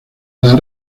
edad